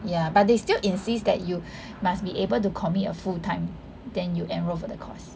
ya but they still insist that you must be able to commit a full time then you enroll for the course